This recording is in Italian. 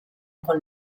con